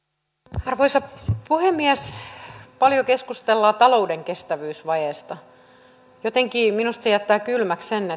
arvoisa puhemies paljon keskustellaan talouden kestävyysvajeesta jotenkin minusta se jättää kylmäksi sen